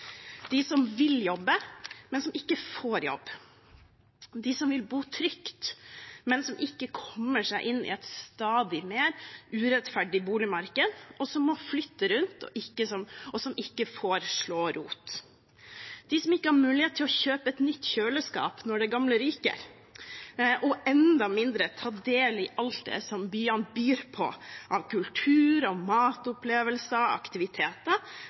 de som vil jobbe, men som ikke får jobb, de som vil bo trygt, men som ikke kommer seg inn i et stadig mer urettferdig boligmarked, som må flytte rundt, og som ikke får slå rot, de som ikke har mulighet til å kjøpe et nytt kjøleskap når det gamle ryker, og enda mindre ta del i alt det som byene byr på av kultur, matopplevelser, aktiviteter,